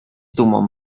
dumą